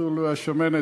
החתול והשמנת.